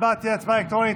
ההצבעה תהיה הצבעה אלקטרונית.